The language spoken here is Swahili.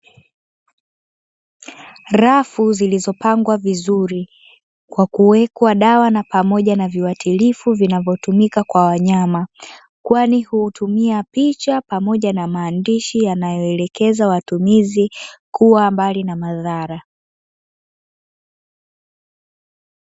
Rafu zilizopangwa vizuri kwa kuwekwa dawa na pamoja na viwatilifu vinavyotumika kwa wanyama. Kwani hutumia picha pamoja na maandishi yanayoelekeza watumizi kuwa mbali na madhara.